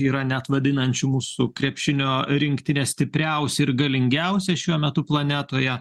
yra net vadinančių mūsų krepšinio rinktinę stipriausia ir galingiausia šiuo metu planetoje